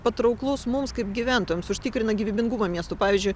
patrauklus mums kaip gyventojams užtikrina gyvybingumą miesto pavyzdžiui